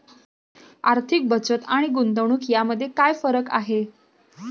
आर्थिक बचत आणि गुंतवणूक यामध्ये काय फरक आहे?